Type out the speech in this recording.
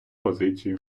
позицію